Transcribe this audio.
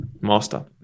Master